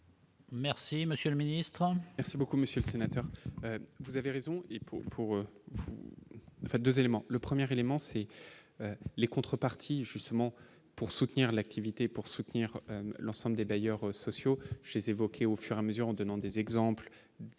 Merci monsieur le ministre.